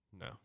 No